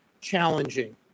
challenging